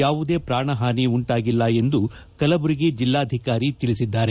ಯಾವುದೇ ಪ್ರಾಣಹಾನಿ ಉಂಟಾಗಿಲ್ಲ ಎಂದು ಕಲಬುರಗಿ ಜಿಲ್ಲಾಧಿಕಾರಿ ತಿಳಿಸಿದ್ದಾರೆ